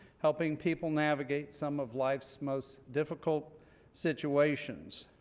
helping people navigate some of life's most difficult situations.